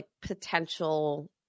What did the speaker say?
potential